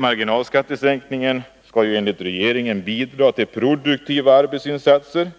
Marginalskattesänkningen skall enligt regeringen bidra till produktiva arbetsinsatser.